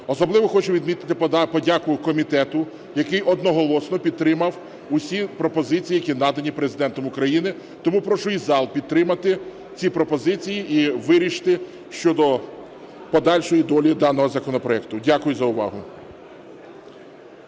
Особливо хочу відмітити подяку комітету, який одноголосно підтримав всі пропозиції, які надані Президентом України. Тому прошу і зал підтримати ці пропозиції і вирішити щодо подальшої долі даного законопроекту. Дякую за увагу.